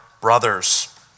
brothers